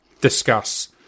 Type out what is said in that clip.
Discuss